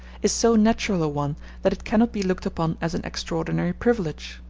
is so natural a one that it cannot be looked upon as an extraordinary privilege.